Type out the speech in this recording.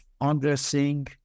undressing